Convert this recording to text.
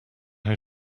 how